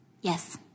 Yes